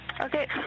Okay